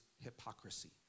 hypocrisy